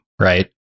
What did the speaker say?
Right